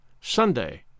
Sunday